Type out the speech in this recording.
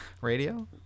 radio